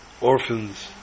orphans